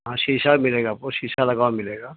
ہاں شیشا ملےا آپ کو شیشا لگاؤ ملے گا